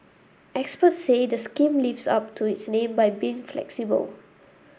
experts say the scheme lives up to its name by being flexible